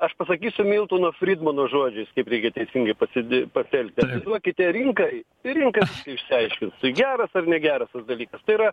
aš pasakysiu miltono frydmano žodžiais kaip reikia teisingai pasidi pasielgti duokite rinkai ir rinka išsiaiškins tai geras ar negeras tas dalykas tai yra